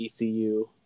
ECU